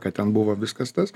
kad ten buvo viskas tas